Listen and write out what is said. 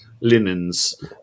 linens